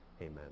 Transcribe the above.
Amen